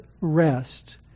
Rest